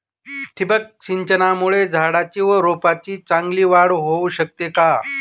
ठिबक सिंचनामुळे झाडाची व रोपांची चांगली वाढ होऊ शकते का?